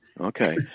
Okay